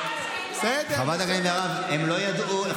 חברת הכנסת, הם לא ידעו.